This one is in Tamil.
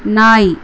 நாய்